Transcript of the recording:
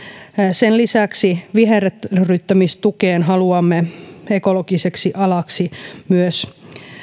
sen lisäksi viherryttämistukeen haluamme ekologiseksi alaksi myös